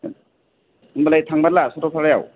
होमबालाय थांमारला सरलपारायाव